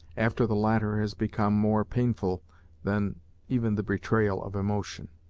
after the latter has become more painful than even the betrayal of emotion.